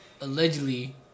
allegedly